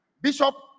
bishop